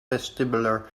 vestibular